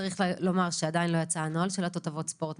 צריך לומר שעדיין לא יצא נוהל של התותבות הספורט.